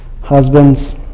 husbands